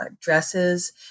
dresses